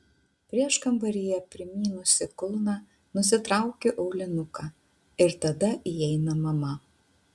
prieškambaryje primynusi kulną nusitraukiu aulinuką ir tada įeina mama